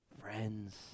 friends